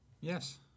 Yes